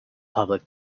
public